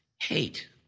hate